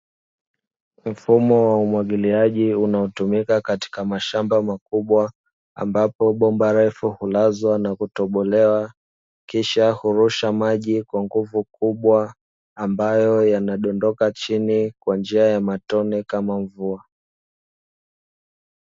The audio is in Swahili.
Mfumo wa umwagiliaji unaotumika katika mashamba makubwa, ambapo bomba refu hulazwa na kutobolewa, kisha hurusha maji kwa nguvu kubwa ambayo yanadondoka chini kwa njia ya matone kama mvua.